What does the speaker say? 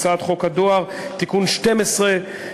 הצעת חוק הדואר (תיקון 12),